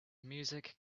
music